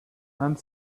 and